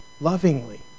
lovingly